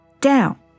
down